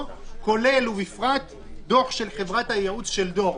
כולל ובפרט דוח של חברת הייעוץ של דור?